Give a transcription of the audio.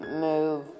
move